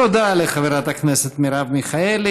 תודה לחברת הכנסת מרב מיכאלי.